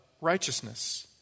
righteousness